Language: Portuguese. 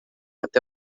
até